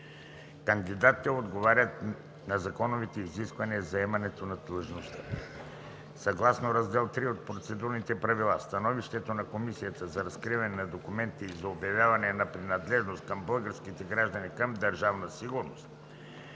кандидатите отговарят на законовите изисквания за заемане на длъжността. Съгласно Раздел III от процедурните правила становището на Комисията за разкриване на документите и за обявяване на принадлежност на българските граждани към Държавна сигурност